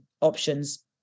options